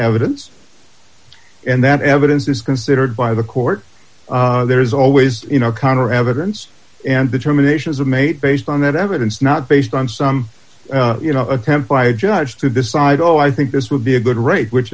evidence and that evidence is considered by the court there is always in o'connor evidence and determinations are made based on that evidence not based on some you know attempt by a judge to decide oh i think this would be a good rate which